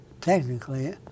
technically